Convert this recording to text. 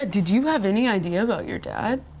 ah did you have any idea about your dad?